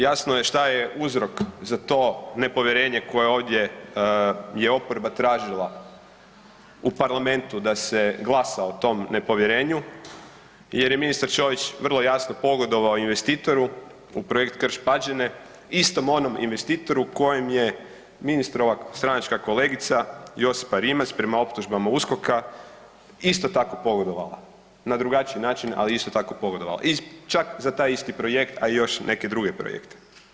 Jasno je šta je uzrok za to nepovjerenje koje je ovdje oporba tražila u Parlamentu da se glasa o tom nepovjerenju jer je ministar Ćorić vrlo jasno pogodovao investitoru u projekt Krš-Pađene istom onom investitoru kojem je ministrova stranačka kolegica Josipa Rimac prema optužbama USKOK-a isto tako pogodovala, na drugačiji način, ali isto tako pogodovala čak i za isti taj projekt, a i još neke druge projekte.